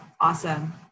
Awesome